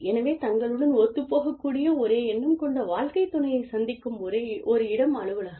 எனவே தங்களுடன் ஒத்துப் போகக்கூடிய ஒரே எண்ணம் கொண்ட வாழக்கைத் துணையைச் சந்திக்கும் ஒரு இடம் அலுவலகம்